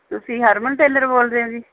ਤੁਸੀਂ ਹਰਮਨ ਟੇਲਰ ਬੋਲਦੇ ਹੋ ਜੀ